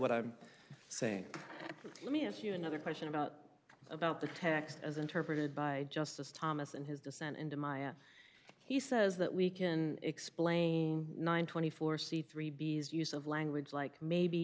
what i'm saying let me ask you another question about about the text as interpreted by justice thomas and his descent into my he says that we can explain nine twenty four c three b s use of language like maybe